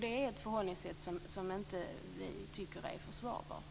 Det är ett förhållningssätt som inte vi tycker är försvarbart.